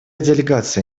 делегация